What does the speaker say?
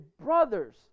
brothers